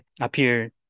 appear